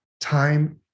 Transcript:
time